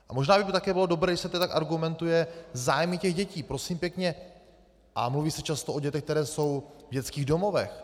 A možná by také bylo dobré, když se tak argumentuje zájmy těch dětí, prosím pěkně a mluví se často o dětech, které jsou v dětských domovech.